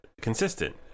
consistent